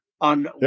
on